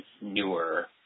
newer